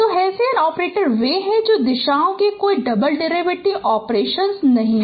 तो Hessian operator वे हैं जो दिशा में कोई डबल डेरिवेटिव ऑपरेशन नहीं हैं